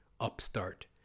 upstart